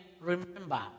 remember